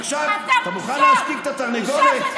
עכשיו, אין דבר כזה פושע חקלאי,